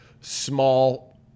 small